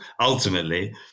ultimately